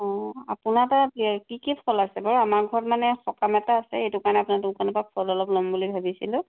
অ' আপোনাৰ তাত কি কি ফল আছে বাৰু আমাৰ ঘৰত মানে সকাম এটা আছে এইটো কাৰণে আপোনাৰ দোকানৰ পৰা ফল অলপ ল'ম বুলি ভাবিছিলোঁ